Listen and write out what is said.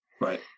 right